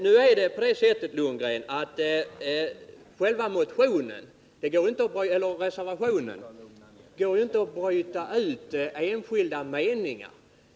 Nu är det så, Bo Lundgren, att det ur själva reservationen inte går att bryta ut enskilda meningar.